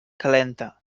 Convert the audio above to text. calenta